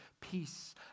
peace